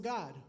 God